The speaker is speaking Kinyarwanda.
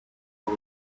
aho